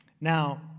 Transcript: Now